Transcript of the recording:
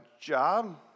job